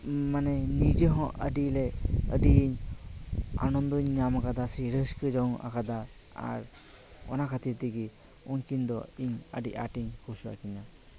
ᱢᱟᱱᱮ ᱱᱤᱡᱮ ᱦᱚᱸ ᱟᱹᱰᱤᱞᱮ ᱟᱹᱰᱤ ᱟᱱᱚᱱᱫᱚᱧ ᱧᱟᱢ ᱠᱟᱫᱟ ᱥᱮ ᱨᱟᱹᱥᱠᱟᱹ ᱡᱚᱝ ᱟᱠᱟᱫᱟ ᱟᱨ ᱚᱱᱟ ᱠᱷᱟᱹᱛᱤᱨ ᱛᱮᱜᱮ ᱩᱱᱠᱤᱱ ᱫᱚ ᱤᱧ ᱟᱹᱰᱤ ᱟᱸᱴ ᱤᱧ ᱠᱩᱥᱤ ᱟᱹᱠᱤᱱᱟ